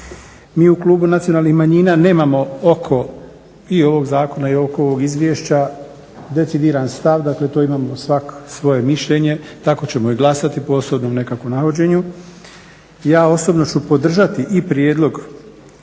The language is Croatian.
Mi u Klubu nacionalnih manjina nemamo oko i ovog zakona i oko ovog izvješća decidiran stav, dakle tu imam svatko svoje mišljenje, tako ćemo i glasati po osobnom nekakvom navođenju. Ja osobno ću podržati i prijedlog